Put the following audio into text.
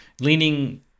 leaning